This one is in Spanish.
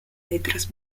letras